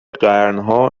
قرنها